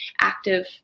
active